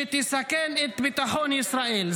שתסכן את ביטחון ישראל.